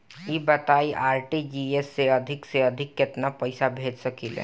ई बताईं आर.टी.जी.एस से अधिक से अधिक केतना पइसा भेज सकिले?